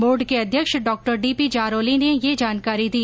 board के अध्यक्ष Dr DP Jarauli ने ये जानकारी दी